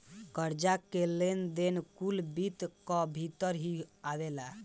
कर्जा कअ लेन देन कुल वित्त कअ भितर ही आवेला